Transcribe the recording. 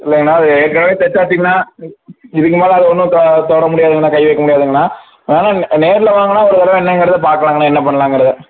இல்லைங்கண்ணா அது ஏற்கனவே தச்சாச்சுங்கண்ணா இதுக்குமேலே அது ஒன்றும் தொ தொட முடியாதுங்கண்ணா கை வைக்க முடியாதுங்கண்ணா அதனாலே நேரில் வாங்கண்ணா ஒரு தடவை என்னங்கிறதை பார்க்கலாங்கண்ணா என்ன பண்லாங்கிறதை